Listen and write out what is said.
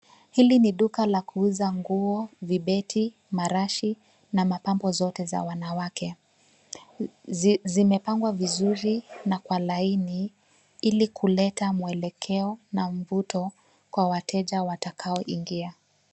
Hili ni duka la kuuza nguo, vibeti, marshi na mapambo zote za wanawake. Zimepangwa vizuri na kwa laini ili kuleta mwelekeo na mvuto kwa wateja watakaoingi.